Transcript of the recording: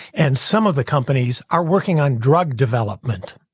and some of the companies are working on drug development